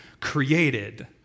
created